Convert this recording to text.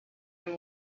him